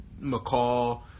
McCall